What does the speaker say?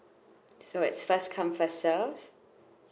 so it's first come first serve